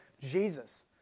Jesus